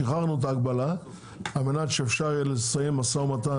שחררנו את ההגבלה על מנת שאפשר יהיה לסיים משא ומתן